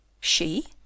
She